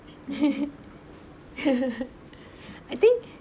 I think